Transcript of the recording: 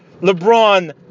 LeBron